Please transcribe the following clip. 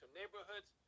neighborhoods